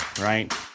right